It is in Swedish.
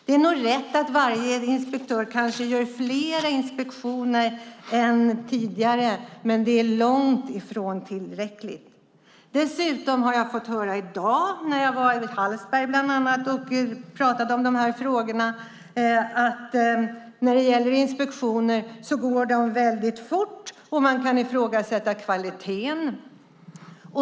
Det är nog rätt att varje inspektör kanske gör fler inspektioner än tidigare, men det är långt ifrån tillräckligt. Dessutom fick jag höra i dag när jag var bland annat i Hallsberg och pratade om de här frågorna att inspektionerna går väldigt fort och att man kan ifrågasätta kvaliteten.